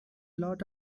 lot